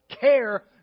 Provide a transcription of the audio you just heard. care